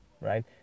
right